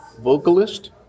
vocalist